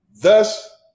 Thus